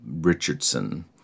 Richardson